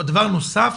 דבר נוסף,